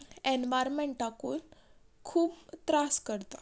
एनावारमँटाकूय खूब त्रास करता